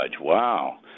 wow